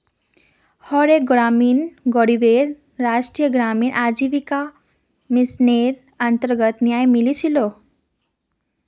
हर एक ग्रामीण गरीबक राष्ट्रीय ग्रामीण आजीविका मिशनेर अन्तर्गत न्याय मिलो छेक